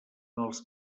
els